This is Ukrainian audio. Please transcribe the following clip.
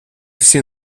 всі